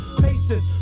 pacing